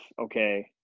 okay